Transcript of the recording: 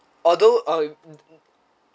although uh